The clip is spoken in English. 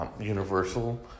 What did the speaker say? Universal